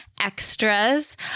extras